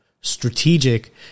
strategic